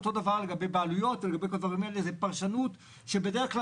אותו דבר לגבי בעלויות והדברים האלה זו פרשנות שבדרך כלל